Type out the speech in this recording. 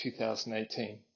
2018